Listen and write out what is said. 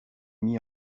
mis